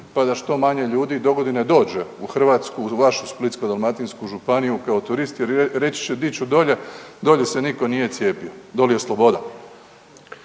pa da što manje ljudi dogodine dođe u Hrvatsku, u vašu Splitsko-dalmatinsku županiju kao turist. Reći će di ću dolje, dole se nitko nije cijepio, dole je sloboda.